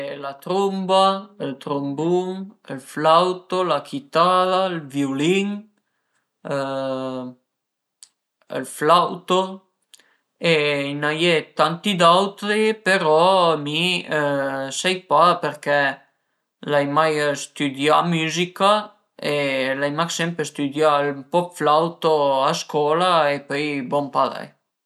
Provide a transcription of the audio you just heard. A ie la trumba, ël trumbun, ël flauto, la chitara, ël viulin ël flauto e a n'a ie tanti d'autri però mi sai përché l'ai mai stüdià müzica, l'ai mach sempre stüdià ën po dë flauto a scola e pöi bon parei